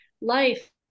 life